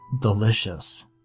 delicious